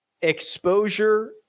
exposure